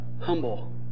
humble